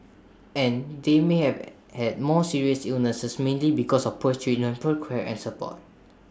and they may have had more serious illnesses mainly because of poor treatment poor care and support